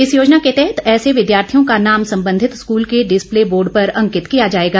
इस योजना के तहत ऐसे विद्यार्थियों का नाम संबंधित स्कूल के डिसप्ले बोर्ड अंकित किया जाएगा